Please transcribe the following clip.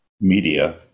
media